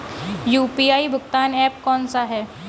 UPI भुगतान app कौन सा है?